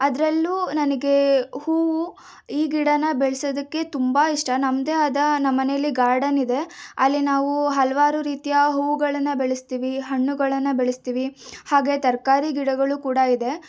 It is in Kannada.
ಅದರಲ್ಲೂ ನನಗೆ ಹೂವು ಈ ಗಿಡನ ಬೆಳ್ಸೋದಕ್ಕೆ ತುಂಬ ಇಷ್ಟ ನಮ್ಮದೆ ಆದ ನಮ್ಮನೇಲಿ ಗಾರ್ಡನ್ ಇದೆ ಅಲ್ಲಿ ನಾವು ಹಲವಾರು ರೀತಿಯ ಹೂಗಳನ್ನು ಬೆಳೆಸ್ತಿವಿ ಹಣ್ಣುಗಳನ್ನು ಬೆಳೆಸ್ತಿವಿ ಹಾಗೆ ತರಕಾರಿ ಗಿಡಗಳು ಕೂಡ ಇದೆ